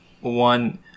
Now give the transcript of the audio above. one